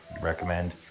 recommend